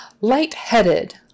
Light-headed